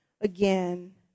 again